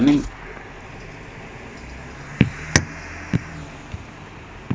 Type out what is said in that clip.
transcription currently is quite bad so they actually need someone to transcribe lor